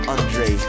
Andre